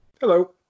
Hello